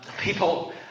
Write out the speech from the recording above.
people